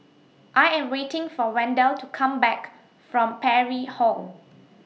I Am waiting For Wendell to Come Back from Parry Hall